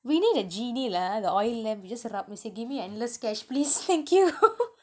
we need a genie lah the oil lamp you just rub and say give me endless cash please thank you